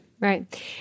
Right